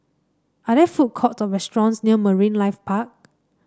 are there food courts or restaurants near Marine Life Park